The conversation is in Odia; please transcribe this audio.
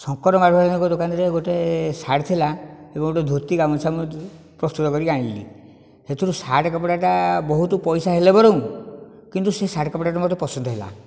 ଶଙ୍କରବାବୁଙ୍କ ଦୋକାନରେ ଗୋଟିଏ ସାର୍ଟ ଥିଲା ଏବଂ ଗୋଟିଏ ଧୋତି ଗାମୁଛା ମୁଁ ପ୍ରସ୍ତୁତ କରିକି ଆଣିଲି ସେଥିରୁ ସାର୍ଟ କପଡ଼ାଟା ବହୁତ ପଇସା ହେଲେ ବରଂ କିନ୍ତୁ ସେ ସାର୍ଟ କପଡ଼ା ଟା ମୋତେ ପସନ୍ଦ ହେଲା